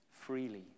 freely